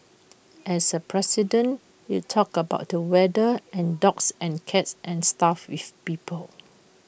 as A president you talk about the weather and dogs and cats and stuff with people